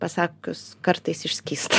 pasakius kartais išskysta